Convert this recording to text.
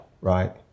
right